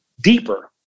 deeper